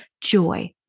Joy